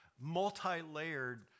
multi-layered